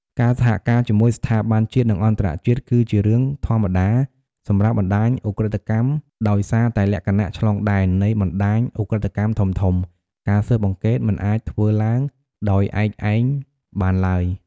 ការសហការជាមួយស្ថាប័នជាតិ និងអន្តរជាតិ គឺជារឿងធម្មតាសម្រាប់បណ្តាញឧក្រិដ្ឋកម្មដោយសារតែលក្ខណៈ ឆ្លងដែន នៃបណ្តាញឧក្រិដ្ឋកម្មធំៗ ការស៊ើបអង្កេតមិនអាចធ្វើឡើងដោយឯកឯងបានឡើយ។